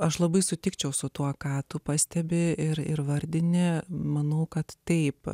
aš labai sutikčiau su tuo ką tu pastebi ir ir vardinę manau kad taip